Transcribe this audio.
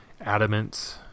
adamant